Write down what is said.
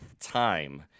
time